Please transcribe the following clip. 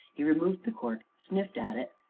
he removed the cork, sniffed at it,